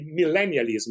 millennialism